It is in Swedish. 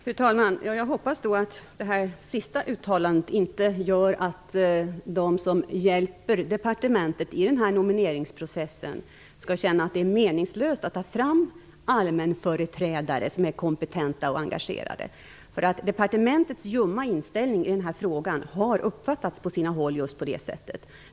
Fru talman! Jag hoppas att det här sista uttalandet inte medför att de som hjälper departementet i denna nomineringsprocess känner att det är meningslöst att ta fram allmänföreträdare som är kompetenta och engagerade. Departementets ljumma inställning i denna fråga har på sina håll uppfattats på det sättet.